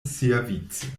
siavice